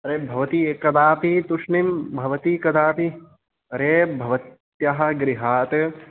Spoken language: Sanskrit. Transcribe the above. अरे भवती एकदापि तूष्णिं भवती कदापि अरे भवत्याः गृहात्